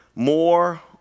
More